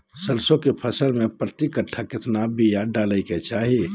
सरसों के फसल में प्रति कट्ठा कितना बिया डाले के चाही?